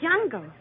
jungle